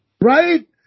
Right